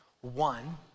One